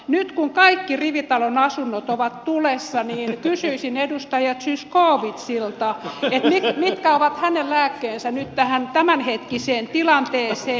nyt kun kaikki rivitalon asunnot ovat tulessa niin kysyisin edustaja zyskowiczilta mitkä ovat hänen lääkkeensä nyt tähän tämänhetkiseen tilanteeseen